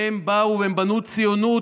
הם באו והם בנו ציונות,